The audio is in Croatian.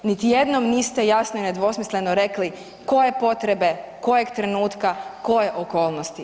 Niti jednom niste jasno i nedvosmisleno rekli koje potrebe, kojeg trenutka, koje okolnosti.